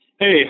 Hey